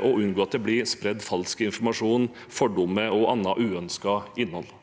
og unngå at det blir spredt falsk informasjon, fordommer og annet uønsket innhold?